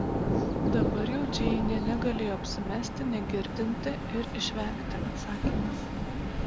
dabar jau džeinė negalėjo apsimesti negirdinti ir išvengti atsakymo